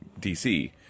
DC